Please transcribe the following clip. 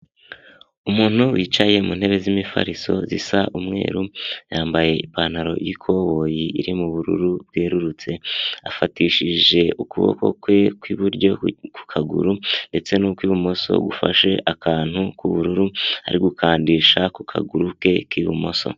Umuntu wicaye mu ntebe z'imifariso zisa umweru, yambaye ipantaro y'ikoboyi irimo ubururu bwererutse, afatishije ukuboko kwe kw'iburyo ku kaguru ndetse n'ukw'ibumoso gufashe akantu k'ubururu, ari gukandisha ku kaguru ke k'ibumoso.